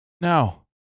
Now